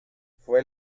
fue